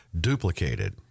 duplicated